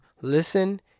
listen